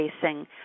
facing